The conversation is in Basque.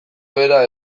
bera